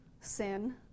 sin